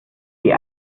die